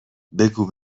بگو